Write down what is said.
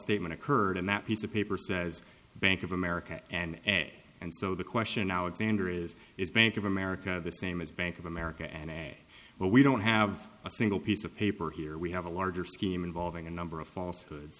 statement occurred in that piece of paper says bank of america and and so the question now xander is is bank of america the same as bank of america and but we don't have a single piece of paper here we have a larger scheme involving a number of false hoods